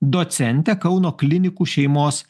docentė kauno klinikų šeimos